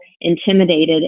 intimidated